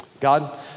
God